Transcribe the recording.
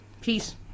Peace